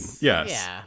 Yes